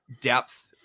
depth